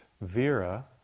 vira